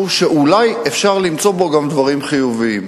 שאולי אפשר למצוא בו גם דברים חיוביים.